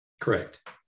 Correct